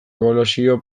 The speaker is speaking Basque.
ebaluazio